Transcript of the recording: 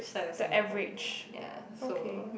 the average okay